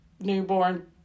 newborn